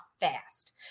fast